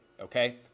okay